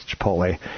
Chipotle